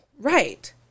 right